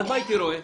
אז מה הייתי רואה?